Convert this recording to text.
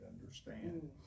understand